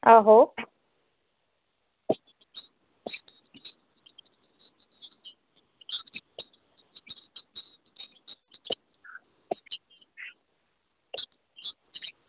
आहो